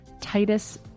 Titus